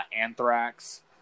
Anthrax